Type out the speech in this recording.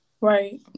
Right